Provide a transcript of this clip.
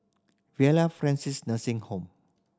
Villa Francis Nursing Home